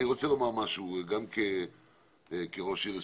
אני רוצה לומר משהו גם כראש עיר לשעבר,